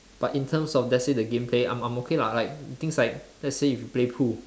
but in terms of let's say the game play I I'm okay lah like things like let's say if you play pool